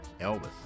Elvis